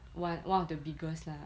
one one of the biggest lah